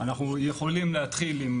אנחנו יכולים להתחיל עם